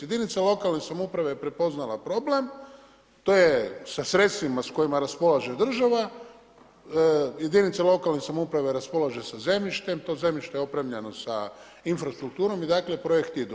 Jedinica lokalne samouprave je prepoznala problem, to je sa sredstvima sa kojima raspolaže država, jedinica lokalne samouprave raspolaže sa zemljištem, to zemljište je opremljeno sa infrastrukturom i dakle projekti idu.